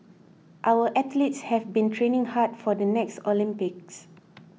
our athletes have been training hard for the next Olympics